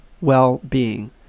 well-being